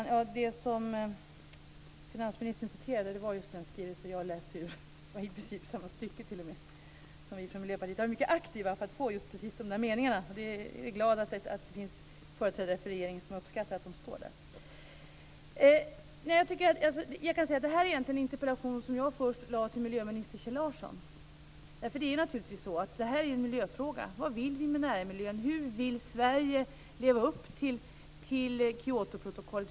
Fru talman! Finansministern läste ur just den skrivelse som jag läste ur, och t.o.m. samma stycke. Vi i Miljöpartiet var mycket aktiva för att få med just de meningarna, så jag är glad att det finns företrädare för regeringen som uppskattar att de finns med där. Den här interpellationen ställde jag egentligen först till miljöminister Kjell Larsson. Detta är ju en miljöfråga: Vad vill vi med närmiljön? Hur vill Sverige leva upp till Kyotoprotokollet?